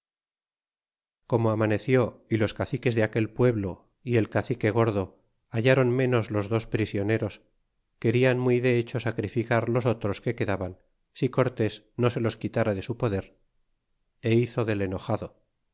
como amaneció y los caciques de aquel pueblo y el cacique gordo hallron ménos los dos prisioneros querian muy de hecho sacrificar los otros que quedaban si cortés no se los quitara de su poder é hizo del enojado